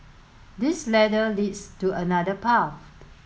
this ladder leads to another path